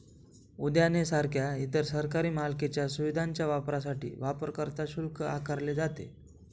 उद्याने सारख्या इतर सरकारी मालकीच्या सुविधांच्या वापरासाठी वापरकर्ता शुल्क आकारले जाते